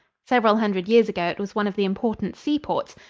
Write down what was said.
several hundred years ago it was one of the important seaports,